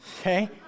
Okay